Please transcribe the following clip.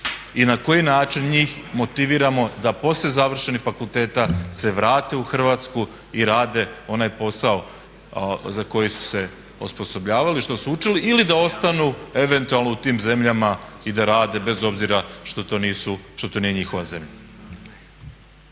i na koji način njih motiviramo da poslije završenih fakulteta se vrate u Hrvatsku i rade onaj posao za koji su se osposobljavali, što su učili ili da ostanu eventualno u tim zemljama i da rade, bez obzira što to nije njihova zemlja.